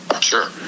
Sure